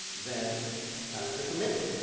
then that's the commitment.